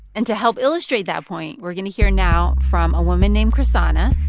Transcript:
and to help illustrate that point, we're going to hear now from a woman named chrishana.